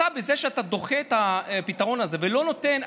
בזה שאתה דוחה את הפתרון הזה ולא נותן,